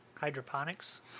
hydroponics